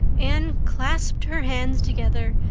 anne clasped her hands together,